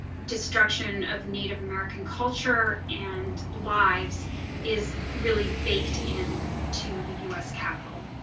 destruction of native american culture and lives is really baked in to the us capitol.